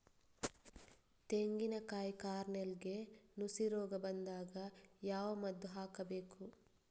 ತೆಂಗಿನ ಕಾಯಿ ಕಾರ್ನೆಲ್ಗೆ ನುಸಿ ರೋಗ ಬಂದಾಗ ಯಾವ ಮದ್ದು ಹಾಕಬೇಕು?